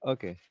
Okay